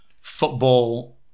football